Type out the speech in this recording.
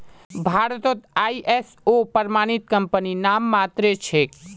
भारतत आई.एस.ओ प्रमाणित कंपनी नाममात्रेर छेक